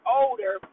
older